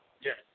Yes